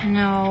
no